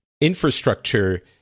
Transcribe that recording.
infrastructure